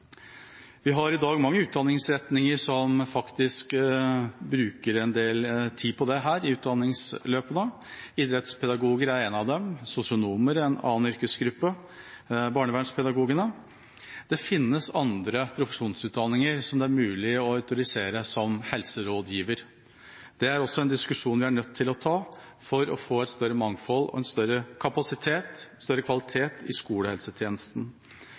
Vi har i dag mange utdanningsretninger som faktisk bruker en del tid på dette i utdanningsløpet. Idrettspedagoger er en av dem, sosionomer en annen gruppe, barnevernspedagoger etc. Det finnes andre profesjonsutdanninger som det er mulig å autorisere som helserådgivere. Det er også en diskusjon vi er nødt til å ta for å få et større mangfold, bedre kapasitet og kvalitet i skolehelsetjenesten.